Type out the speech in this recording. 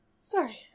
Sorry